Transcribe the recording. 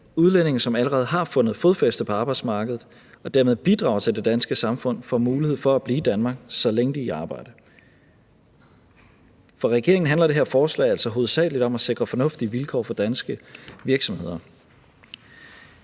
udlændinge, som allerede har fundet fodfæste på arbejdsmarkedet og dermed bidrager til det danske samfund, får mulighed for at blive i Danmark, så længe de er i arbejde. For regeringen handler det her forslag altså hovedsageligt om at sikre fornuftige vilkår for danske virksomheder.